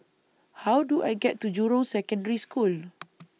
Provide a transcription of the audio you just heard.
How Do I get to Jurong Secondary School